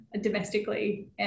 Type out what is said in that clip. domestically